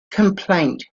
complaint